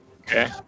okay